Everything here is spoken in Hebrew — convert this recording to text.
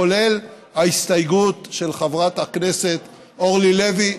כולל ההסתייגות של חברת הכנסת אורלי לוי,